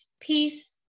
peace